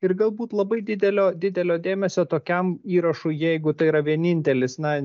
ir galbūt labai didelio didelio dėmesio tokiam įrašui jeigu tai yra vienintelis na